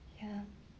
yeah